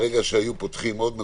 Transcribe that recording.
אם היו פותחים עוד מקומות,